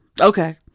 okay